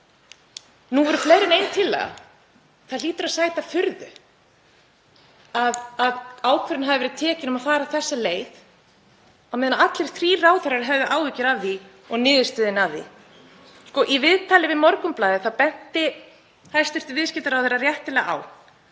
Nú voru fleiri en ein tillaga. Það hlýtur að sæta furðu að ákvörðun hafi verið tekin um að fara þessa leið á meðan allir þrír ráðherrarnir höfðu áhyggjur af því og niðurstöðunni af því. Í viðtali við Morgunblaðið benti hæstv. viðskiptaráðherra réttilega á